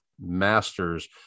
masters